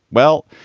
well,